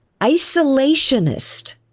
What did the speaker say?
isolationist